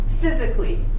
physically